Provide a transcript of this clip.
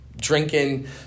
drinking